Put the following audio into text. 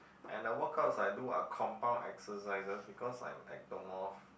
and a workouts I do are compound exercises because I'm ectomorph